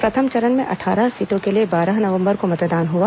प्रथम चरण में अट्ठारह सीटों के लिए बारह नवंबर को मतदान हुआ